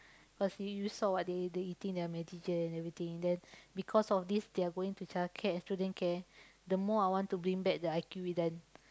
firstly you saw what they they eating they are medicine and everything then because of this they are going to child care student care the more I want to bring back the I_Q with them